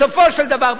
בסופו של דבר,